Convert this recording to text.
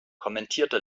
kommandierte